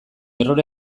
errore